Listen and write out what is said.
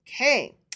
Okay